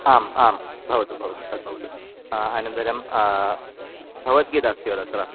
आम् आं भवतु भवतु तद्भवतु अनन्तर भगवद्गीता अस्ति वा तत्र